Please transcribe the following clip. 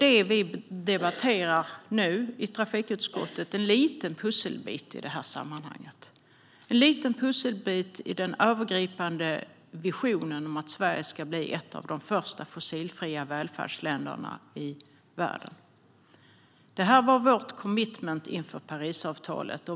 Det vi nu debatterar i trafikutskottet är en liten pusselbit i det sammanhanget och i den övergripande visionen om att Sverige ska bli ett av de första fossilfria välfärdsländerna i världen. Det var vårt commitment inför Parisavtalet.